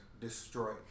Destroy